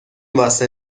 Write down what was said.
واسه